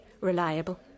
Reliable